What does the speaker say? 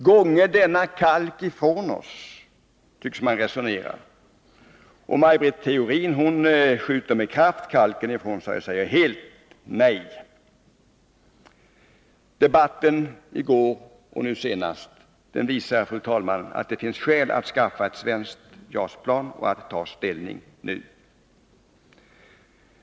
”Gånge denna kalk ifrån oss”, tycks man resonera, och Maj Britt Theorin skjuter med kraft kalken ifrån sig och säger helt nej. Debatten i går och i dag visar, fru talman, att det finns skäl att skaffa ett svenskt JAS-plan och att ta ställning nu.